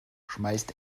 schmeißt